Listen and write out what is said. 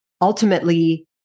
ultimately